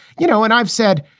you know, and i've said,